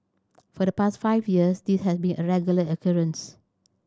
for the past five years this had been a regular occurrence